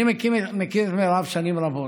אני מכיר את מירב שנים רבות,